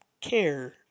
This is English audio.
care